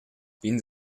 ins